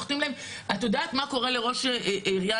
את יודעת מה קורה לראש עירייה,